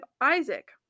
Isaac